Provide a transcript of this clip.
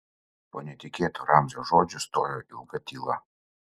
po netikėtų ramzio žodžių stojo ilga tyla